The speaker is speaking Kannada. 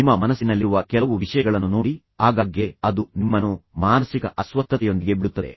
ನಿಮ್ಮ ಮನಸ್ಸಿನಲ್ಲಿರುವ ಕೆಲವು ವಿಷಯಗಳನ್ನು ನೋಡಿ ಆಗಾಗ್ಗೆ ಅದು ನಿಮ್ಮನ್ನು ಮಾನಸಿಕ ಅಸ್ವಸ್ಥತೆಯೊಂದಿಗೆ ಬಿಡುತ್ತದೆ